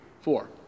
four